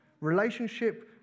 Relationship